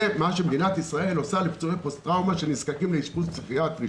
זה מה שמדינת ישראל עושה לפצועי פוסט טראומה שנזקקים לאשפוז פסיכיאטרי,